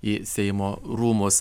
į seimo rūmus